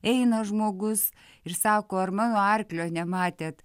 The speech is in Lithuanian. eina žmogus ir sako ar mano arklio nematėt